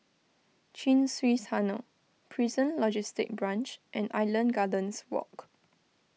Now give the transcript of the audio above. Chin Swee Tunnel Prison Logistic Branch and Island Gardens Walk